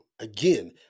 Again